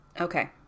Okay